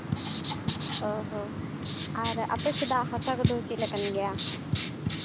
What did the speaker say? ᱚ ᱦᱚᱸ ᱟᱨ ᱟᱯᱮ ᱥᱮᱱᱟᱜ ᱦᱟᱥᱟ ᱠᱚᱫᱚ ᱪᱮᱫ ᱞᱮᱠᱟᱱ ᱜᱮᱭᱟ